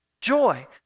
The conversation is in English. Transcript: joy